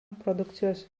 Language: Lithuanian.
produkcijos